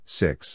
six